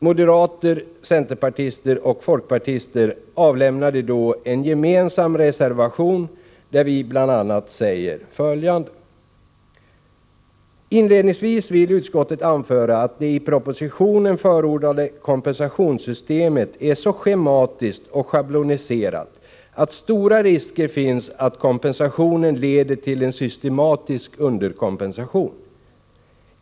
Moderater, centerpartister och folkpartister avlämnade då en gemensam reservation, där vi bl.a. säger: ”Inledningsvis vill utskottet anföra att det i propositionen förordade kompensationssystemet är så schematiskt och schabloniserat att stora risker finns att kompensationen leder till en systematisk underkompensation.